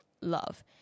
love